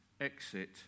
exit